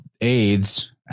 AIDS